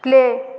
play